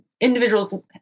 individuals